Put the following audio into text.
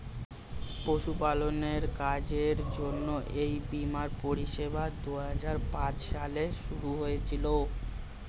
পশুপালনের কাজের জন্য এই বীমার পরিষেবা দুহাজার পাঁচ সালে শুরু হয়েছিল